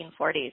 1940s